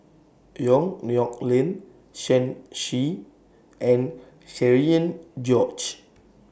Yong Nyuk Lin Shen Xi and Cherian George